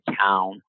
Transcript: town